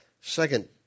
Second